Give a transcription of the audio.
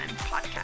Podcast